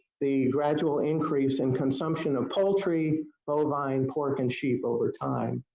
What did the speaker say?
the gradual increase in consumption of poultry, bovine, pork, and sheep over time.